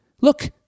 look